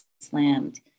slammed